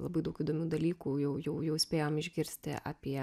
labai daug įdomių dalykų jau jau jau spėjom išgirsti apie